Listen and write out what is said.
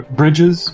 bridges